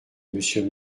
monsieur